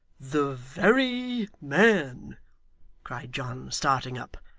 the very man cried john, starting up.